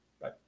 bye